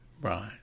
Right